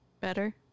better